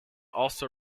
also